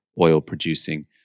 oil-producing